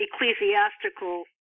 ecclesiastical